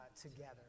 together